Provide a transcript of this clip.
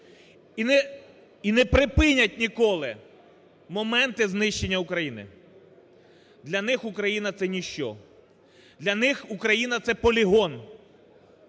і не припинять ніколи моменти знищення України. Для них Україна – це ніщо, для них Україна – це полігон.